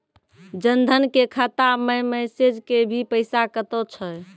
जन धन के खाता मैं मैसेज के भी पैसा कतो छ?